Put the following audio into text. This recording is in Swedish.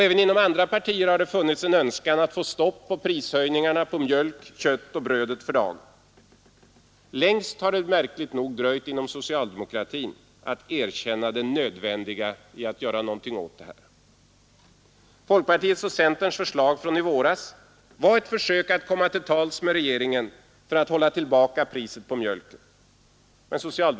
Även inom andra partier har det funnits en önskan att få stopp på prishöjningarna på mjölken, köttet och brödet för dagen. Längst har det märkligt nog dröjt innan socialdemokraterna erkänt det nödvändiga i att göra någonting åt saken. Folkpartiets och centerns förslag från i våras var ett försök att komma till tals med regeringen för att hålla tillbaka priset på mjölken.